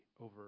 over